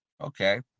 Okay